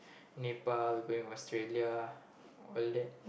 Nepal going Australia all that